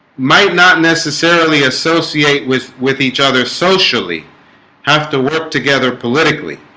might not necessarily associate with with each other socially have to work together politically